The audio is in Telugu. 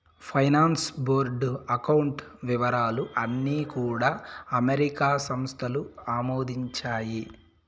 ఫైనాన్స్ బోర్డు అకౌంట్ వివరాలు అన్నీ కూడా అమెరికా సంస్థలు ఆమోదించాయి